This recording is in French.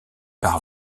par